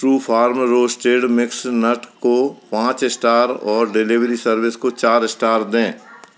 Truefarm roasted mixed nuts को पाँच star और डिलीवरी सर्विस को चार स्टार दें